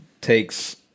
takes